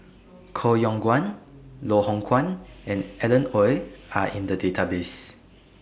Koh Yong Guan Loh Hoong Kwan and Alan Oei Are in The Database